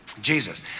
Jesus